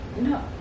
No